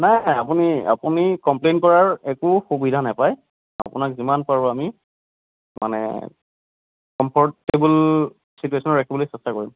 নাই আপুনি আপুনি কম্প্লেইন কৰাৰ একো সুবিধা নাপায় আপোনাক যিমান পাৰোঁ আমি মানে কম্ফৰটেবল চিটুৱেচনত ৰাখিবলৈ চেষ্টা কৰিম